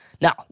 Now